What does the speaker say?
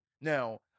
Now